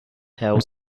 have